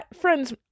friends